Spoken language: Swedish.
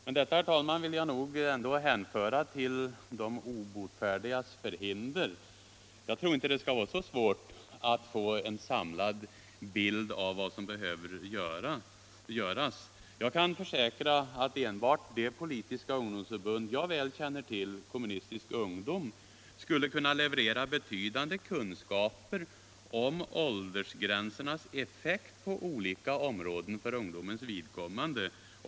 Men detta vill jag ändå, herr talman, hänföra till de obotfärdigas förhinder. Jag tror inte att det är så svårt att få en samlad bild av vad som behöver göras. Jag kan försäkra att enbart det politiska ungdomsförbund som jag själv känner till väl, Kommunistisk ungdom, skulle kunna meddela betydande kunskaper om åldersgränsernas effekt på olika områden för ungdomens vidkommande.